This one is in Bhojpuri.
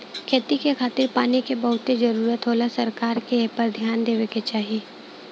खेती के खातिर पानी के बहुते जरूरत होला सरकार के एपर ध्यान देवे के चाही